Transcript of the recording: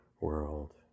world